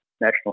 national